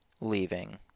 leaving